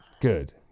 Good